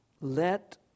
Let